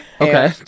Okay